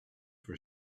for